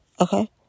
Okay